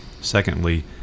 secondly